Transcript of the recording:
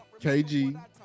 KG